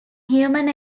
human